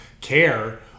care